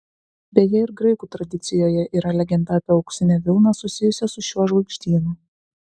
beje ir graikų tradicijoje yra legenda apie auksinę vilną susijusią su šiuo žvaigždynu